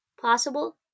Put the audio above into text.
possible